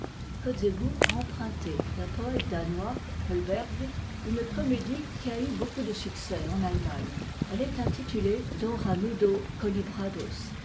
a emprunté d'un poëte danois ho berg une comédie qui a eu beaucoup de succès en allemagne elle est intitulée